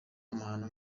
amahano